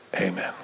amen